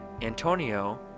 Antonio